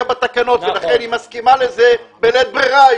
בתקנות ולכן היא מסכימה לזה בלית ברירה.